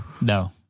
No